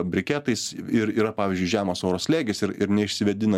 briketais ir yra pavyzdžiui žemas oro slėgis ir neišsivėdina